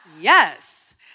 Yes